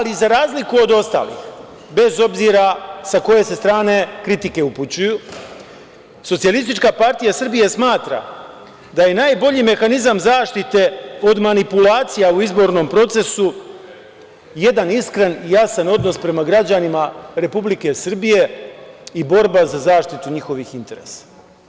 Za razliku od ostalih, bez obzira sa koje se strane kritike upućuju, SPS smatra da je najbolji mehanizam zaštite od manipulacija u izbornom procesu jedan iskren i jasan odnos prema građanima Republike Srbije i borba za zaštitu njihovih interesa.